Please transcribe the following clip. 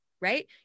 right